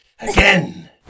Again